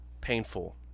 painful